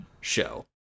show